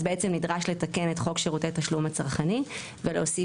אז בעצם נדרש לתקן את חוק שירותי התשלום הצרכני ולהוסיף